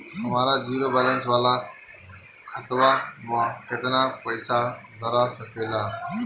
हमार zero balance वाला खतवा म केतना पईसा धरा सकेला?